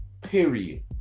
Period